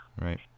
Right